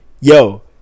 yo